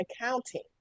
accounting